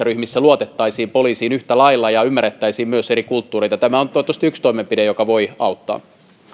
ryhmissä luotettaisiin poliisiin yhtä lailla ja poliisissa ymmärrettäisiin myös eri kulttuureita tämä on toivottavasti yksi toimenpide joka voi auttaa